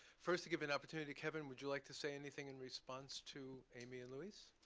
first, to give an opportunity, kevin, would you like to say anything in response to amy and luis?